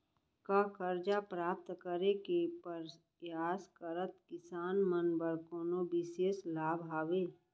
का करजा प्राप्त करे के परयास करत किसान मन बर कोनो बिशेष लाभ हवे?